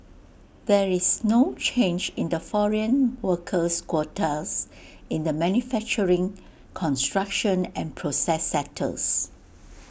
there is no change in the foreign workers quotas in the manufacturing construction and process sectors